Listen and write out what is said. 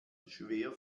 schwer